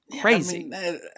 crazy